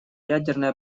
ядерная